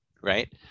right